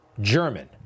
German